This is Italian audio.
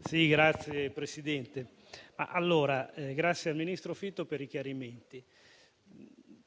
Signor Presidente, ringrazio il ministro Fitto per i chiarimenti.